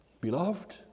beloved